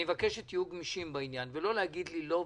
אני מבקש שתהיו גמישים בעניין ולא להגיד לי לא,